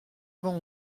avant